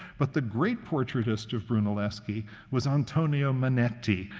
but the great portraitist of brunelleschi was antonio manetti,